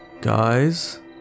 Guys